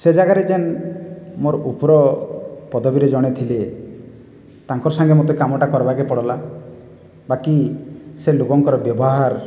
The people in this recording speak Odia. ସେ ଜାଗାରେ ଯେଉଁ ମୋର ଉପର ପଦବୀରେ ଜଣେ ଥିଲେ ତାଙ୍କର ସାଙ୍ଗେ ମୋତେ କାମଟା କରିବାକୁ ପଡ଼ିଲା ବାକି ସେ ଲୋକଙ୍କର ବ୍ୟବହାର